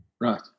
right